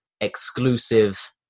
exclusive